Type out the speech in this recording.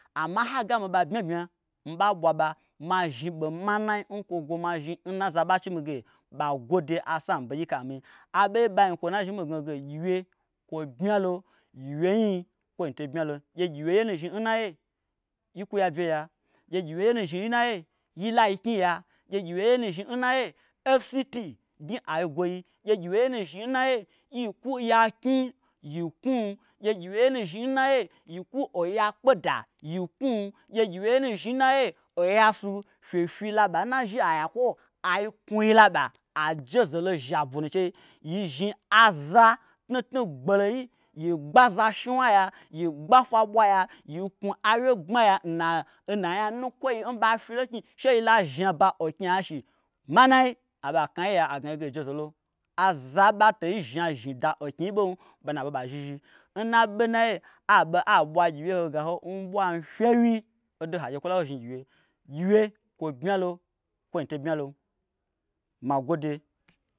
Amma nhagamiɓa bmyabmya miɓa ɓwaɓa mazhni ɓomanai nkwo gwo mazhni nna aza ɓachimige ɓa gwode asambegyika nmi. Aɓoye ɓanyi kwonunazhni mii gnaho ge gyiwye kwo bmyalo gyiwye nyii kwointo bmyalon. Gye gyiwye yenu zhni nnaiye yikwu yabye ya. gye gyiwye yenu zhniyi nnaiye yila yiknyiya gye gyiwye yenu zhniyi nnaiye fct gnyi aigwoyi. gye gyiwye yenu zhniyi nnaiye yikwu yaknyi yi knwu. gye gyiwye yenu zhniyi nnaiye yikwu oya kpeda yi knwu. gye gyiwye yenu zhniyi nnaiye oyasu fyefyi laɓa nnazhiayakwo ai knwuyi laɓa ai jezelo zhabui nu chei. yi zhni aza tnutnu gboloyi yi gbaza shniwna ya yi gbe afwabwaya yiknwu awyegbmaya nna nna nya nukwoi nɓa fyilo nknyi sheyila zhnaba oknyia shi manai abe aknaiya agnayi ge yi jezelo aza nɓatei zhniazhni da oknyibon banu abe bazhizhi nna be naiye aɓe aɓwa agyiwye ho gaho nɓwan fyewyi odo hagye kwola ho zhnigyiwye. gyiwye kwo bmyalo kwoin to bmyalom magwode.